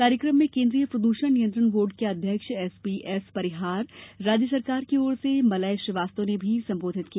कार्यक्रम में केन्द्रीय प्रद्रषण नियंत्रण बोर्ड के अध्यक्ष एस पी एस परिहार राज्य सरकार की ओर से मलय श्रीवास्तव ने भी संबोधित किया